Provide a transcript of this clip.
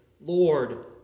Lord